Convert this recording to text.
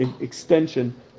extension